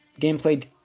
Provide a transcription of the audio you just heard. gameplay